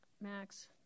Max